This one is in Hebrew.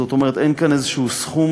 זאת אומרת, אין כאן איזשהו סכום